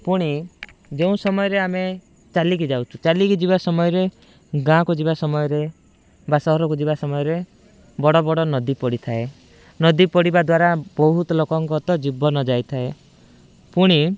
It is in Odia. ପୁଣି ଯେଉଁ ସମୟରେ ଆମେ ଚାଲିକି ଯାଉଛୁ ଚାଲିକି ଯିବା ସମୟରେ ଗାଁକୁ ଯିବା ସମୟରେ ବା ସହରକୁ ଯିବା ସମୟରେ ବଡ଼ ବଡ଼ ନଦୀ ପଡ଼ିଥାଏ ନଦୀ ପଡ଼ିବା ଦ୍ଵାରା ବହୁତ ଲୋକଙ୍କର ତ ଜୀବନ ଯାଇଥାଏ ପୁଣି